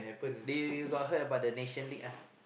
they you got heard about the Nation League ah